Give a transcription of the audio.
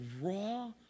raw